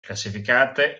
classificate